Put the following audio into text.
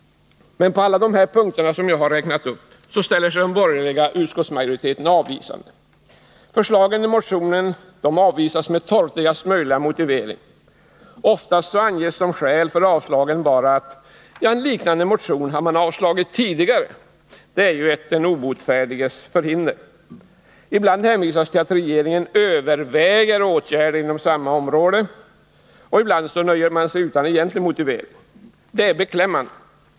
Men på alla de punkter som jag räknat upp ställer sig den borgerliga utskottsmajoriteten avvisande. Förslagen i motionen avvisas med torftigaste möjliga motivering. Oftast anges som skäl för avstyrkandet att en liknande motion avslagits tidigare. Det är ett den obotfärdiges förhinder. Ibland hänvisas till att regeringen överväger åtgärder inom samma område, och ibland nöjer man sig utan egentlig motivering. Det är beklämmande.